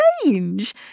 strange